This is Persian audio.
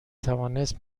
توانست